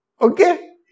Okay